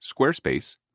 Squarespace